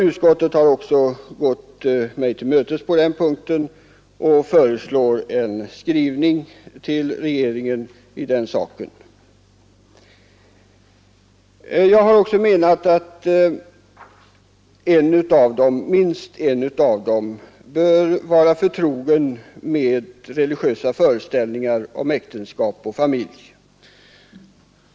Utskottet har gått mig till mötes på den punkten och föreslår skrivelse till regeringen i saken. Jag har också yrkat att minst en av medlarna bör vara förtrogen med religiösa föreställningar omkring äktenskap och familjeliv.